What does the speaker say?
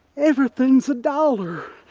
everything's a dollar